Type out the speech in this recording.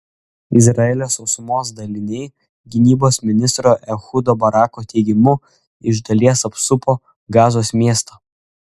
izraelio sausumos daliniai gynybos ministro ehudo barako teigimu iš dalies apsupo gazos miestą